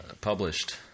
published –